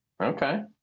okay